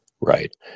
Right